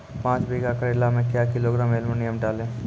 पाँच बीघा करेला मे क्या किलोग्राम एलमुनियम डालें?